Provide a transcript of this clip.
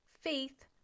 faith